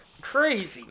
Crazy